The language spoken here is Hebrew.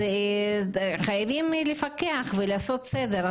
חייבים לפקח ולעשות סדר.